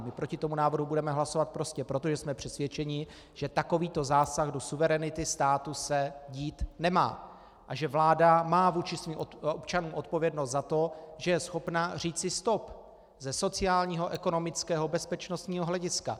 My proti tomu návrhu budeme hlasovat prostě proto, že jsme přesvědčeni, že takovýto zásah do suverenity státu se dít nemá a že vláda má vůči svým občanům odpovědnost za to, že je schopna říci stop, ze sociálního, ekonomického, bezpečnostního hlediska.